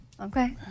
Okay